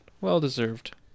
Well-deserved